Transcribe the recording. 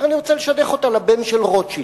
אומר: אני רוצה לשדך אותה לבן של רוטשילד.